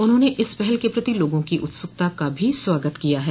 उन्होंने इस पहल के प्रति लोगों की उत्सुकता का भी स्वागत किया है